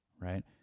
Right